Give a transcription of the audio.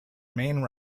main